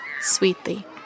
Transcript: sweetly